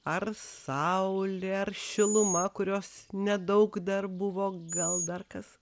ar saulė ir šiluma kurios nedaug dar buvo gal dar kas